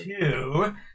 two